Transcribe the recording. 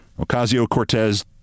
Ocasio-Cortez